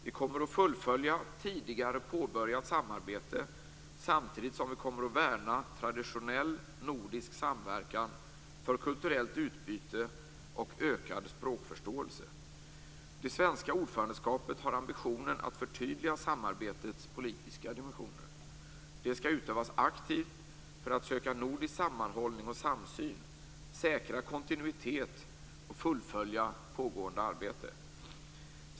Vi kommer att fullfölja tidigare påbörjat samarbete samtidigt som vi kommer att värna traditionell nordisk samverkan för kulturellt utbyte och ökad språkförståelse. Det svenska ordförandeskapet har ambitionen att förtydliga samarbetets politiska dimensioner. Det skall utövas aktivt för att söka nordisk sammanhållning och samsyn, säkra kontinuitet och fullfölja pågående arbete.